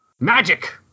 Magic